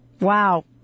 Wow